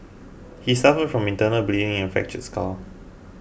he suffered from internal bleeding and a fractured skull